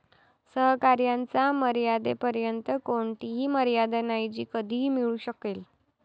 सहकार्याच्या मर्यादेपर्यंत कोणतीही मर्यादा नाही जी कधीही मिळू शकेल